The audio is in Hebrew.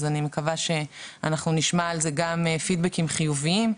אני מקווה שנשמע על זה גם פידבקים חיוביים.